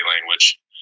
language